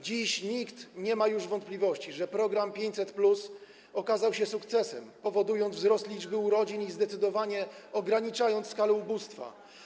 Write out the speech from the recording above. Dziś nikt nie ma już wątpliwości, że program 500+ okazał się sukcesem, powodując wzrost liczby urodzin i zdecydowanie ograniczając skalę ubóstwa.